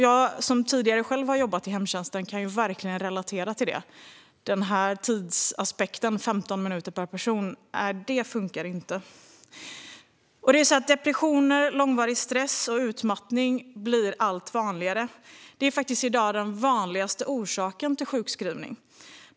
Jag som tidigare själv har jobbat i hemtjänsten kan verkligen relatera till det här. Tidsaspekten, 15 minuter per person, funkar inte. Depressioner, långvarig stress och utmattning blir allt vanligare. Det är i dag de vanligaste orsakerna till sjukskrivning.